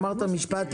אמרת משפט,